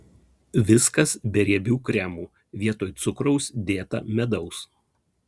viskas be riebių kremų vietoj cukraus dėta medaus